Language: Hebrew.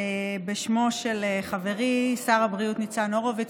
בשמו של חברי שר הבריאות ניצן הורוביץ,